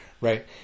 right